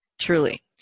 truly